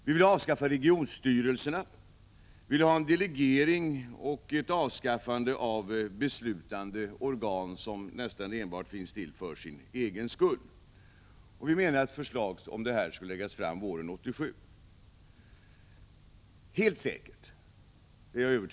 Vi vill avskaffa regionstyrelserna, och vi vill ha en delegering och ett avskaffande av beslutande organ som nästan enbart finns till för sin egen skull. Vi menar att förslag om detta bör läggas fram våren 1987.